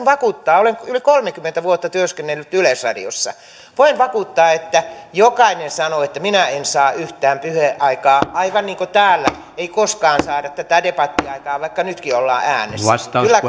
vakuuttaa olen yli kolmekymmentä vuotta työskennellyt yleisradiossa että jokainen sanoo että minä en saa yhtään puheaikaa aivan niin kuin täällä ei koskaan saada tätä debattia aikaan vaikka nytkin ollaan äänessä kyllä